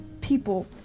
people